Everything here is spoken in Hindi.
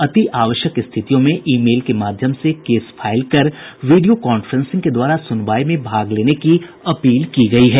अति आवश्यक स्थितियों में ई मेल के माध्यम से केस फाईल कर वीडियो कांफ्रेंसिंग के द्वारा सुनवाई में भाग लेने की अपील की गई है